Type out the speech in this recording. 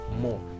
more